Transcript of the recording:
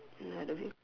another veil